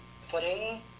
footing